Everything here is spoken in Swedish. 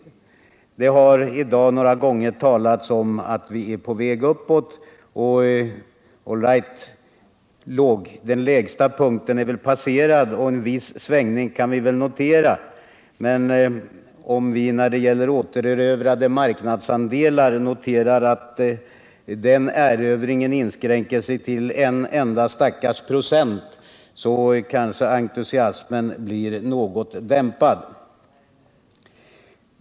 Det har i dag några gånger talats om att vi är på väg uppåt. All right, den lägsta punkten är väl passerad och en viss svängning kan vi notera. Men om vi när det gäller återerövrade marknadsandelar noterar att den erövringen inskränker sig till en enda fattig procent så kanske entusiasmen blir något dämpad.